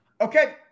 Okay